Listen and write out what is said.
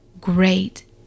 Great